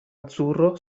azzurro